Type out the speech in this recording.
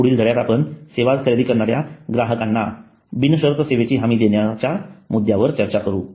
पुढील धड्यात आपण सेवा खरेदी करणाऱ्या ग्राहकांना बिनशर्त सेवेची हमी देण्याच्या मुद्द्यावर चर्चा करू